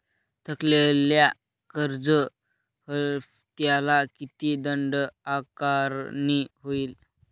थकलेल्या कर्ज हफ्त्याला किती दंड आकारणी होईल?